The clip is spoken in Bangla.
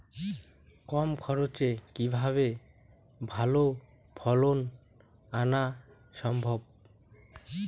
কম খরচে কিভাবে ভালো ফলন আনা সম্ভব?